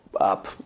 up